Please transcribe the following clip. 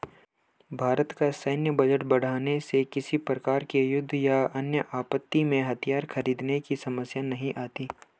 भारत का सैन्य बजट बढ़ाने से किसी प्रकार के युद्ध या अन्य आपत्ति में हथियार खरीदने की समस्या नहीं आती